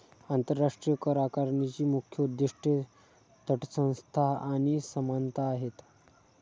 आंतरराष्ट्रीय करआकारणीची मुख्य उद्दीष्टे तटस्थता आणि समानता आहेत